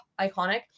iconic